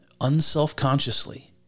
unselfconsciously